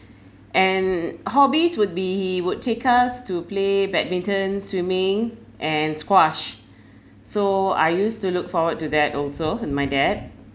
and hobbies would be would take us to play badminton swimming and squash so I used to look forward to that also and my dad